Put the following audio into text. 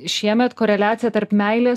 šiemet koreliaciją tarp meilės